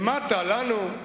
למטה לנו,